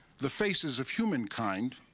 the faces of humankind,